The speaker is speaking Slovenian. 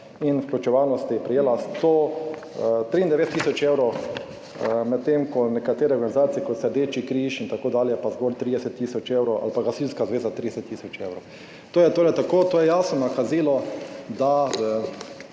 in vključevalnosti prejela 193 tisoč evrov, medtem ko nekatere organizacije, kot so Rdeči križ, itd., pa zgolj 30 tisoč evrov ali pa gasilska zveza 30 tisoč evrov. To je torej tako, to je jasno nakazilo, da